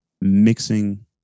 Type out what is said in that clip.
mixing